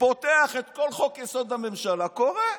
פותח את כל חוק-יסוד: הממשלה וקורא,